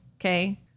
Okay